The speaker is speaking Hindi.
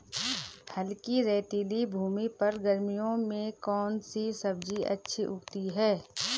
हल्की रेतीली भूमि पर गर्मियों में कौन सी सब्जी अच्छी उगती है?